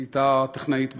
היא הייתה טכנאית בתחנה,